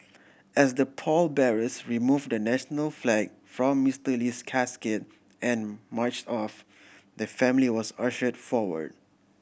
as the pallbearers removed the national flag from Mister Lee's casket and march off the family was ushered forward